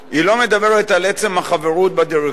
היא לא מדברת על עצם החברות בדירקטוריון,